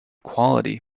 quality